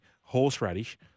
horseradish